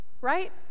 right